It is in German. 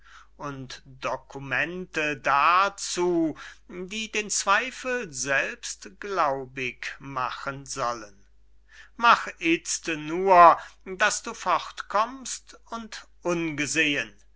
und dokumente dazu die den zweifel selbst glaubig machen sollen mach itzt nur daß du fortkommst und ungesehen